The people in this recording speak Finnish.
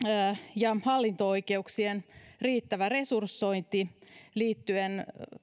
ja hallinto oikeuksien riittävä resursointi liittyen